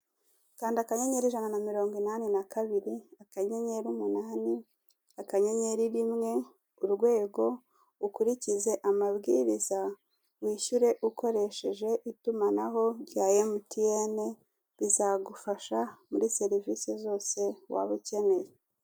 Kanda akanyenyeri ijana na mirongo inani na kabiri akanyenyeri umunani akanyenyeri rimwe urwego ukurikize amabwiriza, wishyure ukoresheje itumanaho rya MTN rizagufasha muri service zose waba ukeneye.